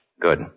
Good